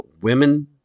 Women